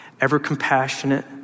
ever-compassionate